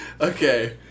Okay